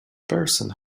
person